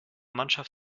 mannschaft